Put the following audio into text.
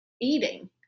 eating